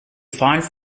files